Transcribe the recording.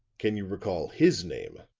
can you recall his name?